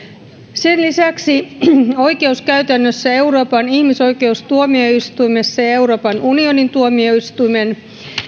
sen lisäksi oikeuskäytännössä euroopan ihmisoikeustuomioistuimessa ja euroopan unionin tuomioistuimen